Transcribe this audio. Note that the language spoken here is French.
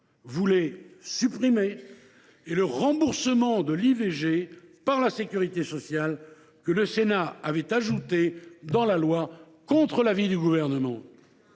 souhaitait supprimer, et le remboursement de l’IVG par la sécurité sociale, que le Sénat avait ajouté dans la loi, contre l’avis du gouvernement